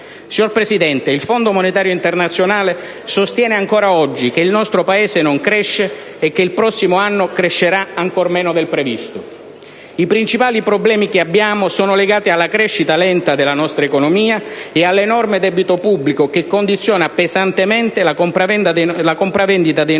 Signor Presidente, il Fondo monetario internazionale sostiene ancora oggi che il nostro Paese non cresce e che il prossimo anno crescerà ancora meno del previsto. I principali problemi che abbiamo sono legati alla crescita lenta della nostra economia e all'enorme debito pubblico, che condiziona pesantemente la compravendita dei nostri